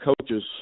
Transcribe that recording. Coaches